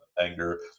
anger